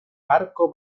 arco